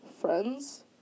Friends